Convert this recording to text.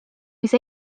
mis